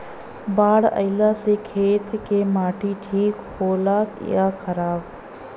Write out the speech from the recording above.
बाढ़ अईला से खेत के माटी ठीक होला या खराब?